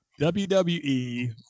wwe